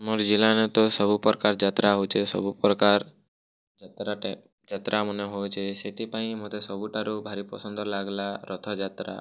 ଆମର ଜିଲ୍ଲାରେ ତ ସବୁ ପ୍ରକାର ଯାତ୍ରା ହେଉଛି ସବୁ ପ୍ରକାର ଯାତ୍ରାଟେ ଯାତ୍ରା ମାନେ ହେଉଛି ସେଥିପାଇଁ ମୋତେ ସବୁଠାରୁ ଭାରି ପସନ୍ଦ ଲାଗଲା ରଥଯାତ୍ରା